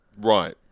Right